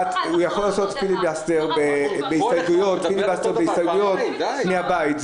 לעשות פיליבסטר בהסתייגויות מהבית,